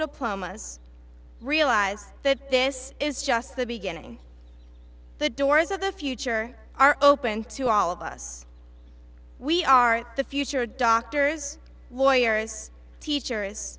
diplomas realize that this is just the beginning the doors of the future are open to all of us we are the future doctors lawyers teachers